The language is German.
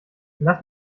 lass